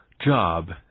job